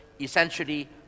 essentially